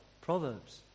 Proverbs